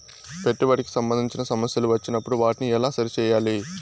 పెట్టుబడికి సంబంధించిన సమస్యలు వచ్చినప్పుడు వాటిని ఎలా సరి చేయాలి?